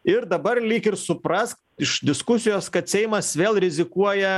ir dabar lyg ir suprask iš diskusijos kad seimas vėl rizikuoja